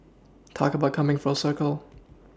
talk about coming full circle